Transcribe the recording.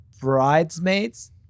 Bridesmaids